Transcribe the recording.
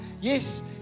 Yes